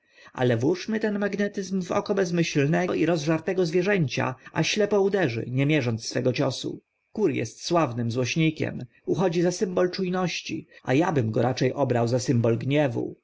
ale włóżmy ten magnetyzm w oko bezmyślnego i rozżartego zwierzęcia a ślepo uderzy nie mierząc swego ciosu kur est sławnym złośnikiem uchodzi za symbol czu ności a a bym go racze obrał za symbol gniewu